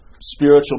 spiritual